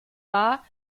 war